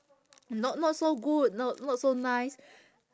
not not so good not not so nice